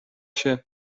się